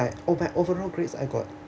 my over overall grades I got